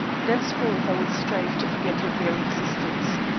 henceforth i will strive to forget your very existence.